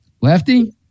Lefty